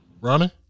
Ronnie